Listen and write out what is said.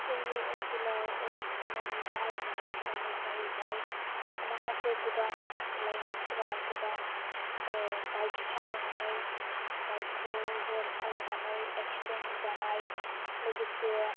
जोंनि ओनसोलाव थैनायनि गाहाइ जाहोनफोरानो जाहैबाय माखासे गोबां लायमोनफोरा गोबां बाइक सालायनानै बाइकखौ जर सालायनानै एक्सिडेन्ट जानाय लोगोसे